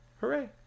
Hooray